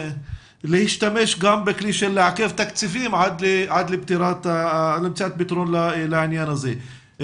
להשתמש גם בכלי של לעכב תקציבים עד לפתירת למציאת פתרון לעניין הזה.